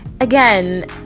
Again